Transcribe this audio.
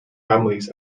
families